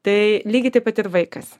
tai lygiai taip pat ir vaikas